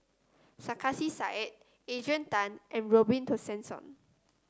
Sarkasi Said Adrian Tan and Robin Tessensohn